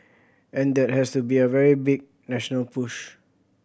and that has to be a very big national push